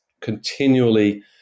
continually